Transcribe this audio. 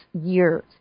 years